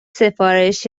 سفارش